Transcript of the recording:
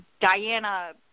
Diana